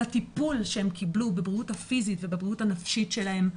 הטיפול שהם קיבלו בבריאות הפיזית ובבריאות הנפשית שלהם,